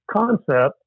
concept